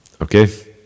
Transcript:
Okay